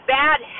bad